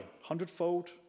hundredfold